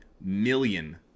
million